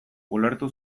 ulertu